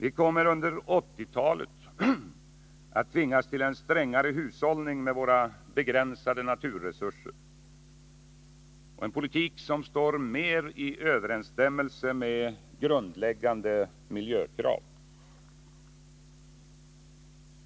Vi kommer under 1980-talet att tvingas till en strängare hushållning med våra begränsade naturresurser och en politik som står mer i överensstämmelse med grundläggande miljökrav.